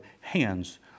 hands